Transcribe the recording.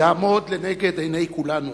יעמוד לנגד עיני כולנו,